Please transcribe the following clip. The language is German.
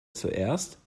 zuerst